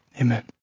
Amen